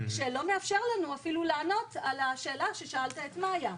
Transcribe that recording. שלא מאפשר לנו אפילו לענות על השאלה ששאלת את מאיה.